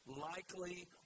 likely